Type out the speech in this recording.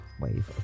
wave